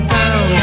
down